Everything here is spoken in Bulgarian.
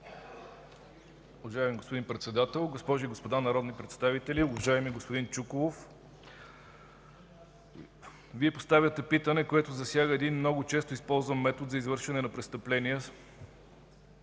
Вие поставяте питане, което засяга един много често използван метод за извършване на престъпления.